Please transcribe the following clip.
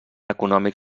econòmic